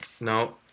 no